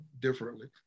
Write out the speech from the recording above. differently